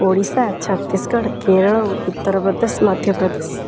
Odisha Chhattisgarh Kerala Uttar Pradesh Madhya Pradesh